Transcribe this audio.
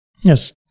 yes